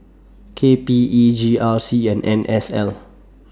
K P E G R C and N S L